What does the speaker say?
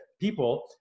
people